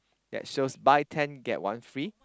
that shows buy ten get one free